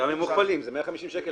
גם אם הן מוכפלות, זה 150 שקל